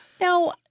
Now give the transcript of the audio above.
Now